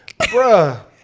Bruh